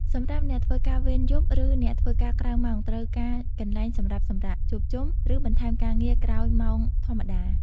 សម្រាប់អ្នកធ្វើការវេនយប់ ឬ អ្នកធ្វើការក្រៅម៉ោងត្រូវការកន្លែងសម្រាប់សម្រាក ជួបជុំ ឬបន្ថែមការងារក្រោយម៉ោងធម្មតា។